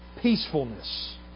peacefulness